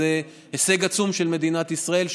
זה הישג עצום של מדינת ישראל,